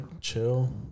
chill